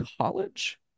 college